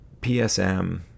PSM